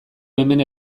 hemen